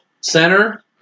center